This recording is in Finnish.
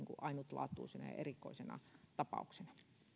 ainutlaatuisena ja erikoisena tapauksena